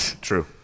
True